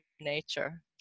nature